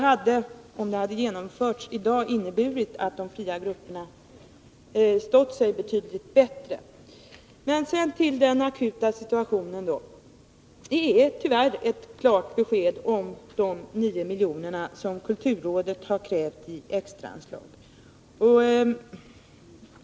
Hade förslaget antagits hade det inneburit att de fria grupperna i dag stått sig betydligt bättre. Sedan till den akuta situationen. Det är tyvärr ett klart besked om de nio miljonerna som kulturrådet har krävt i extra anslag.